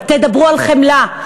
תדברו על חמלה,